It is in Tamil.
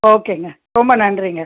ஓகேங்க ரொம்ப நன்றிங்க